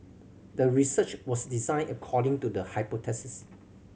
the research was designed according to the hypothesis